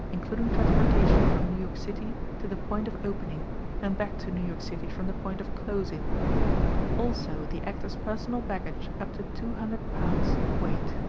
including transportation from new york city to the point of opening and back to new york city from the point of closing also the actor's personal baggage up to two hundred pounds weight.